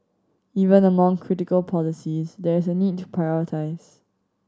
even among critical policies there is a need to prioritise